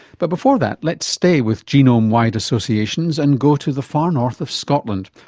but before that let's stay with genome-wide associations and go to the far north of scotland,